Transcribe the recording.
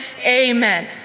amen